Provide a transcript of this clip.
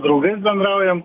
draugais bendraujam